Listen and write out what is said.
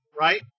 right